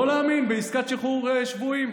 לא להאמין, בעסקת שחרור שבויים,